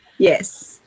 Yes